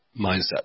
mindset